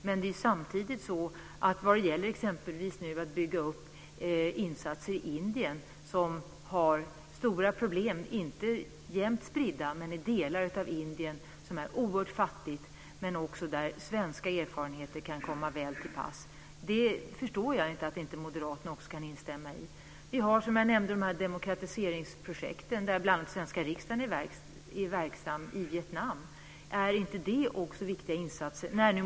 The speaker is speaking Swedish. Men exempelvis när det gäller att bygga upp för insatser i Indien, som har stora problem - inte jämnt spridda men i delar av landet - och som är oerhört fattigt kan svenska erfarenheter komma väl till pass. Jag förstår inte att moderaterna inte kan instämma i det. Vi har, som jag tidigare nämnde, demokratiseringsprojekten i Vietnam där bl.a. svenska riksdagen är verksam. Är inte det också viktiga insatser?